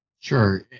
Sure